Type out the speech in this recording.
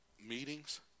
meetings